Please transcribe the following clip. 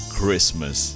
Christmas